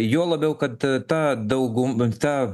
juo labiau kad ta daugum ta